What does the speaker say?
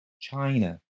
China